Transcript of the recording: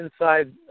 inside